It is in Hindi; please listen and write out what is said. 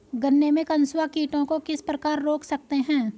गन्ने में कंसुआ कीटों को किस प्रकार रोक सकते हैं?